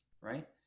right